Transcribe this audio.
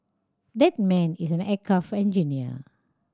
that man is an aircraft engineer